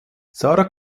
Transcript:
sarah